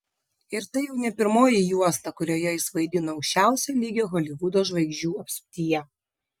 ir tai jau ne pirmoji juosta kurioje jis vaidino aukščiausio lygio holivudo žvaigždžių apsuptyje